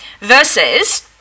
versus